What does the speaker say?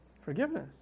Forgiveness